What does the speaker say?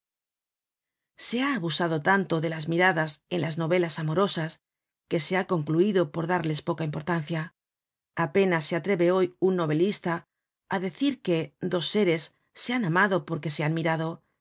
se ha abusado tanto de las miradas en las novelas amorosas que se ha concluido por darles poca importancia apenas se atreve hoy un novelista á decir que dos seres se han amado porque se han mirado